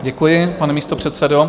Děkuji, pane místopředsedo.